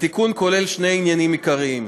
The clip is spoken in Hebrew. התיקון כולל שני עניינים עיקריים: